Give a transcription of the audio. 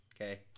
Okay